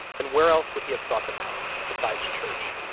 then where else would he have sought them out besides church?